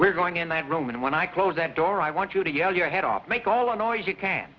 we're going in that room and when i close that door i want you to yell your head off make all the noise you can